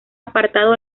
apartado